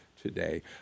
Today